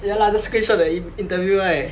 ya lah just screenshot the in~ interview right